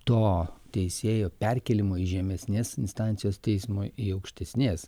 to teisėjo perkėlimo į žemesnės instancijos teismo į aukštesnės